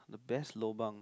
the best lobang